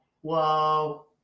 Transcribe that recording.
whoa